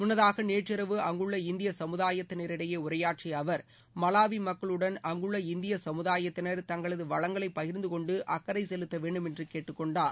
முன்னதாக நேற்றிரவு அங்குள்ள இந்திய சமுதாயத்தினரிடையே உரையாற்றிய அவர் மலாவி மக்களுடன் அங்குள்ள இந்திய சமூதாயத்தினர் தங்களது வளங்களை பகிர்ந்து கொண்டு அக்கறை செலுத்த வேண்டும் என்று கேட்டுக்கொண்டார்